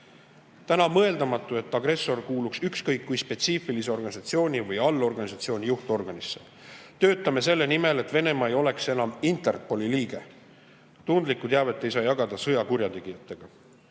on mõeldamatu, et agressor kuuluks ükskõik kui spetsiifilise organisatsiooni või allorganisatsiooni juhtorganisse. Töötame selle nimel, et Venemaa ei oleks enam Interpoli liige – tundlikku teavet ei saa jagada sõjakurjategijatega.